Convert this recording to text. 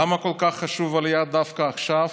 למה כל כך חשובה העלייה דווקא עכשיו?